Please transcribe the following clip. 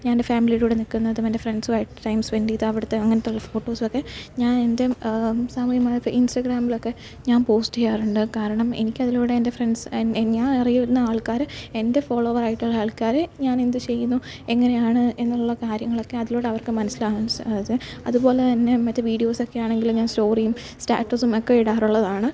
ഞാൻ എൻ്റെ ഫാമിലിയുടെ കൂടെ നിൽക്കുന്നതും എൻ്റെ ഫ്രണ്ട്സുമായിട്ട് ടൈം സ്പെൻഡ് ചെയ്തു അവിടുത്തെ അങ്ങനത്തുള്ള ഫോട്ടോസുമൊക്കെ ഞാൻ എൻ്റെ സാമൂഹ്യ മാധ്യ ഇൻസ്റ്റാഗ്രാമിലൊക്കെ ഞാൻ പോസ്റ്റ് ചെയ്യാറുണ്ട് കാരണം എനിക്കതിലൂടെ എൻ്റെ ഫ്രണ്ട്സ് എൻ എൻ ഞാൻ അറിയുന്ന ആൾക്കാർ എൻ്റെ ഫോള്ളോവർ ആയിട്ടുള്ള ആൾക്കാർ ഞാൻ എന്തു ചെയ്യുന്നു എങ്ങനെയാണ് എന്നുള്ള കാര്യങ്ങളൊക്കെ അതിലൂടെ അവർക്ക് മനസ്സിലാ സ അതുപോലെതന്നെ മറ്റു വീഡിയോസൊക്കെയാണെങ്കിൽ ഞാൻ സ്റ്റോറിയും സ്റ്റാറ്റസും ഒക്കെ ഇടാറുള്ളതാണ്